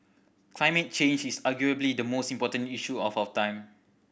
climate change is arguably the most important issue of our time